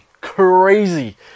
crazy